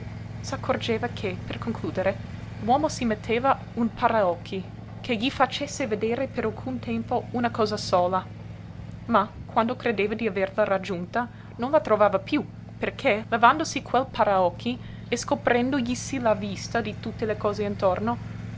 natura s'accorgeva che per concludere l'uomo si metteva un paraocchi che gli facesse vedere per alcun tempo una cosa sola ma quando credeva di averla raggiunta non la trovava piú perché levandosi quel paraocchi e scoprendoglisi la vista di tutte le cose intorno